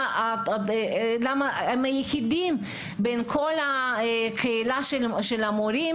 הם היחידים בין כל הקהילה של המורים